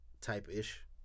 Type-ish